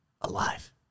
Alive